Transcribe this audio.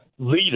Leader